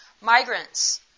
Migrants